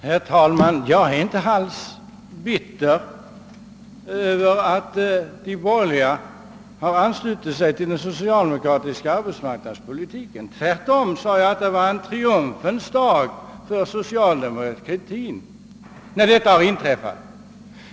Herr talman! Jag är inte alls bitter över att de borgerliga har anslutit sig till den socialdemokratiska arbetsmarknadspolitiken. Tvärtom sade jag, att det var en triumfens dag för socialdemokratin när detta inträffade.